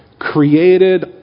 created